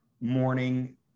morning